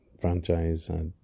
franchise